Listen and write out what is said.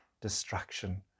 destruction